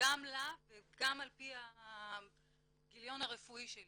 גם לה וגם על פי הגיליון הרפואי שלי